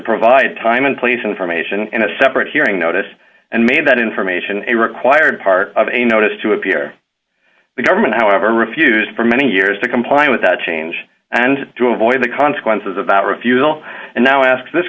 provide time and place information in a separate hearing notice and made that information a required part of a notice to appear the government however refused for many years to comply with that change and to avoid the consequences of that refusal and now ask this